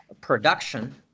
production